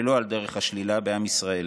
שלא על דרך השלילה, בעם ישראל,